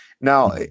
Now